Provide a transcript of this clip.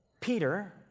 Peter